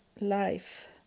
life